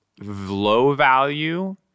low-value